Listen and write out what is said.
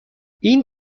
این